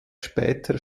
später